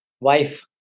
Wife